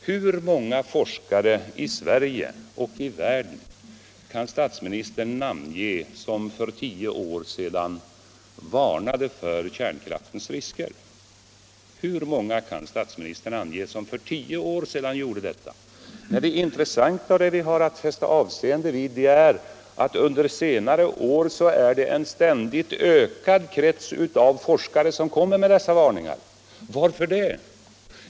Hur många forskare i Sverige och i världen kan statsministern namnge som för tio år sedan varnade för kärnkraftens risker? Det intressanta och det vi har att fästa avseende vid är att det under senare år blivit en ständigt ökad krets av forskare som kommer med dessa varningar. Varför det?